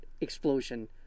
explosion